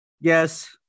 Yes